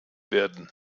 werden